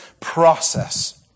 process